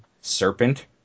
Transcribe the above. Serpent